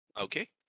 Okay